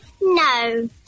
No